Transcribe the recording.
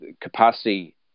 capacity